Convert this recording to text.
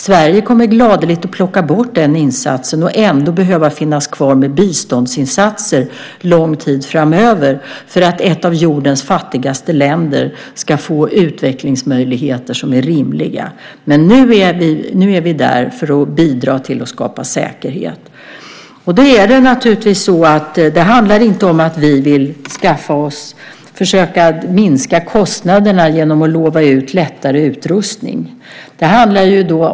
Sverige kommer gladeligen att plocka bort den insatsen och ändå behöva finnas kvar med biståndsinsatser lång tid framöver för att ett av jordens fattigaste länder ska få utvecklingsmöjligheter som är rimliga. Nu är vi där för att bidra till att skapa säkerhet. Det handlar inte om att vi vill försöka minska kostnaderna genom att lova lättare utrustning.